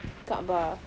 kaabah